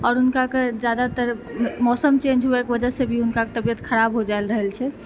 आओर उनकाके जादातर मौसम चेंज हुअएके वजहसँ भी उनकाके तबियत खराब हो जायल रहल छै